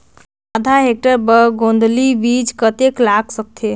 आधा हेक्टेयर बर गोंदली बीच कतेक लाग सकथे?